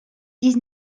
dix